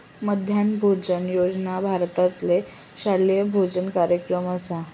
मध्यान्ह भोजन योजना भारतातलो शालेय भोजन कार्यक्रम असा